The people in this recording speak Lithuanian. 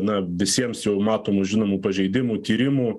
na visiems jau matomų žinomų pažeidimų tyrimų